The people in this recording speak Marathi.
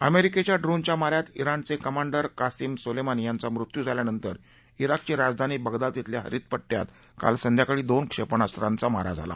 अमरिकेच्या ड्रोनच्या मान्यात इराणचक्रिमांडर कासीम सोलप्रानी यांचा मृत्यू झाल्या नंतर इराकची राजधानी बगदाद इथल्या हरित पट्ट्यात काल संध्याकाळी दोन क्षप्पास्त्रांचा मारा झाला